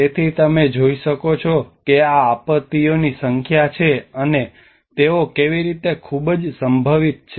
તેથી તમે જોઈ શકો છો કે આ આપત્તિઓની સંખ્યા છેઅને તેઓ કેવી રીતે ખુબ જ સંભવિત છે